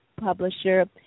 publisher